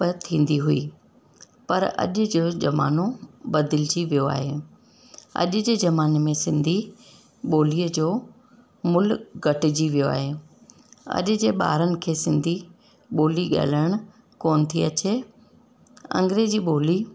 प थींदी हुई पर अॼु जो ज़मानो बदिलिजी वियो आहे अॼु जे ज़माने में सिंधी ॿोलीअ जो मुल घटिजी वियो आहे अॼु जे ॿारनि खे सिंधी ॿोली ॻाल्हाइण कोन थी अचे अंग्रेजी ॿोली